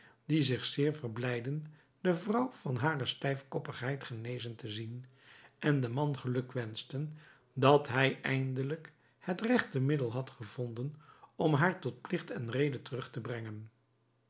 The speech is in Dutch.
die zich zeer verblijdden de vrouw van hare stijfhoofdigheid genezen te zien en den man gelukwenschten dat hij eindelijk het regte middel had gevonden om haar tot plicht en rede terug te brengen